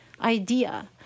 idea